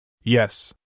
Yes